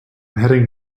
heading